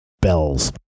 bells